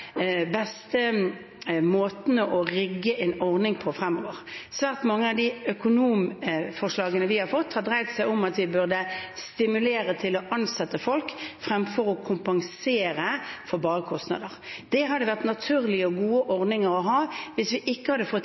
å rigge en ordning på fremover. Svært mange av de økonomforslagene vi har fått, har dreid seg om at vi burde stimulere til å ansette folk, fremfor å kompensere for bare kostnader. Det hadde vært naturlige og gode ordninger å ha hvis vi ikke hadde fått